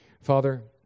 Father